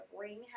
ring